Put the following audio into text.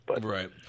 Right